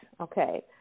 okay